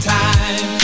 time